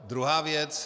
Druhá věc.